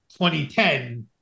2010